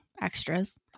extras